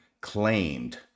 claimed